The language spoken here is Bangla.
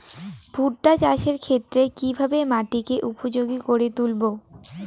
ভুট্টা চাষের ক্ষেত্রে কিভাবে মাটিকে উপযোগী করে তুলবো?